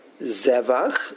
Zevach